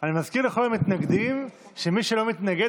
אני מזכיר לכל המתנגדים שמי שלא מתנגד,